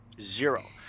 zero